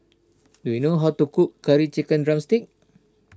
do you know how to cook Curry Chicken Drumstick